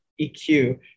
EQ